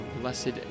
blessed